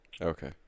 Okay